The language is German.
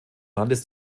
landes